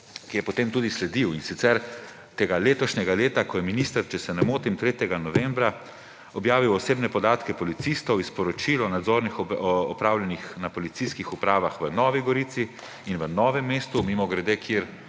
ki je potem tudi sledil, in sicer tega letošnjega leta, ko je minister, če se ne motim, 3. novembra objavil osebne podatke policistov iz poročil o nadzorih, opravljenih na policijskih upravah v Novi Gorici in v Novem mestu, mimogrede,